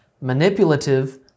manipulative